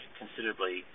considerably